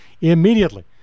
immediately